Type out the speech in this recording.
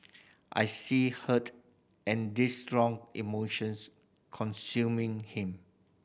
I see hurt and this strong emotions consuming him